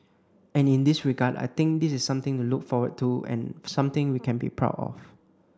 and in this regard I think this is something to look forward to and something we can be proud of